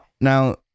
now